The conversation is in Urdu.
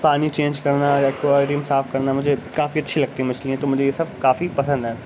پانی چینج کرنا ایکیورڈیم صاف کرنا مجھے کافی اچھی لگتی مچھلیاں تو مجھے یہ سب کافی پسند ہے